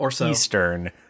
Eastern